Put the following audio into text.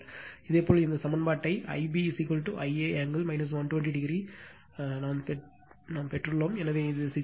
இதேபோல் இந்த சமன்பாட்டை Ib Ia angle 120o பெற்றுள்ளீர்கள் எனவே இது 6